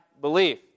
belief